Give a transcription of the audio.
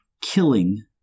killing